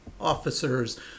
officers